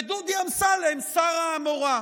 ודודי אמסלם יהיה שר העמורה,